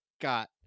got